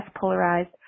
polarized